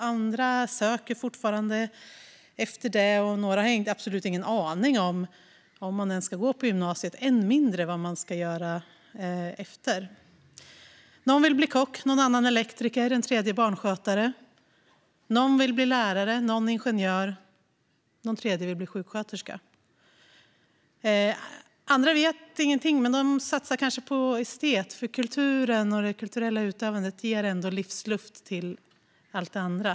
Andra söker fortfarande efter det, och några har absolut ingen aning om ifall man ens ska gå på gymnasiet - än mindre vad de ska göra därefter. Någon vill bli kock, någon annan elektriker och en tredje barnskötare. Någon vill bli lärare, någon ingenjör och någon tredje vill bli sjuksköterska. Andra vet ingenting, men de satsar kanske på estetprogrammet, för kulturen och det kulturella utövandet ger ändå livsluft till allt det andra.